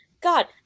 God